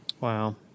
Wow